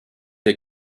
der